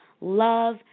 love